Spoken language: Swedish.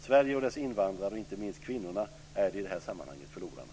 Sveriges invandrare, inte minst kvinnorna, är i det här sammanhanget förlorade.